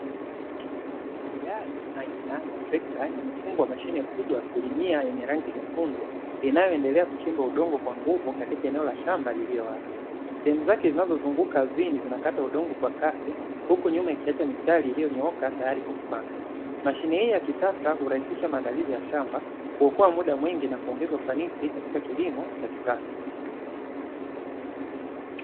Gari aina trekta imefungwa mashine kubwa ya kulimia yenye rangi nyekundu, inayoendelea kuchimba udongo, kwa nguvu katika eneo la shamba lililo wazi. Sehemu zake zinazozunguka chini zinakata udongo kwa kasi huku nyuma ikiacha mistari iliyonyooka tayari kwa kupanda. Mashine hii ya kisasa kurahisisha maandalizi ya shamba kuokoa muda mwingi na kuongeza ufanisi. katika kilimo cha kisasa.